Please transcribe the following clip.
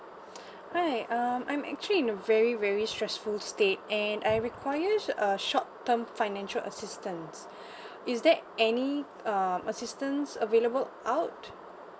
hi um I'm actually in a very very stressful stage and I require a short term financial assistance is there any um assistance available out